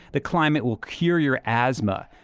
the climate will cure your asthma,